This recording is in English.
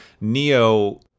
neo